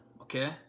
okay